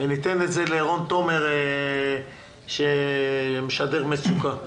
ניתן את זה לרון תומר שמשדר מצוקה,